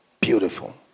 Beautiful